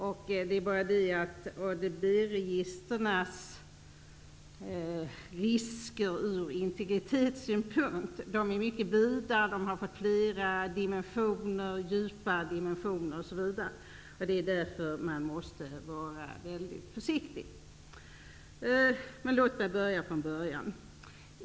Det är bara det att ADB-registrens risker ur integritetssynpunkt är mycket vidare. De har fått fler och djupare dimensioner. Det är därför man måste vara väldigt försiktig. Men låt mig börja från början.